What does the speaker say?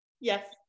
Yes